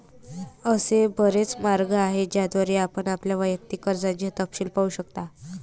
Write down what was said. असे बरेच मार्ग आहेत ज्याद्वारे आपण आपल्या वैयक्तिक कर्जाचे तपशील पाहू शकता